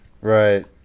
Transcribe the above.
Right